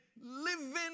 living